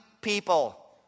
people